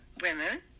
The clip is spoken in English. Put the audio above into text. women